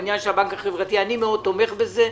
אני מאוד תומך בזה,